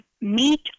meet